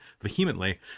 vehemently